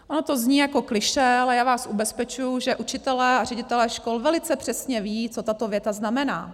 Ono to zní jako klišé, ale já vás ubezpečuji, že učitelé a ředitelé škol velice přesně vědí, co tato věta znamená.